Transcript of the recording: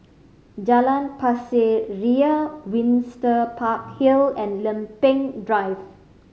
Jalan Pasir Ria Windsor Park Hill and Lempeng Drive